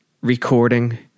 recording